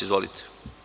Izvolite.